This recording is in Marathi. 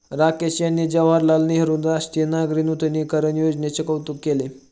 राकेश यांनी जवाहरलाल नेहरू राष्ट्रीय नागरी नूतनीकरण योजनेचे कौतुक केले